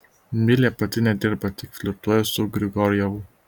milė pati nedirba tik flirtuoja su grigorjevu